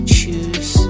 choose